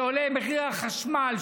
שעולה מחיר החשמל,